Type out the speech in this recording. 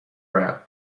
route